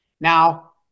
Now